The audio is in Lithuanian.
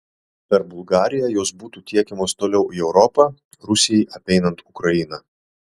per bulgariją jos būtų tiekiamos toliau į europą rusijai apeinant ukrainą